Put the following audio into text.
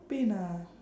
pain ah